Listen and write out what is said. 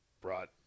brought